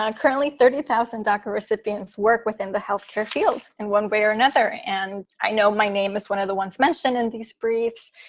um currently, thirty thousand daca recipients work within the health care field in one way or another. and i know my name is one of the ones mentioned in these briefs.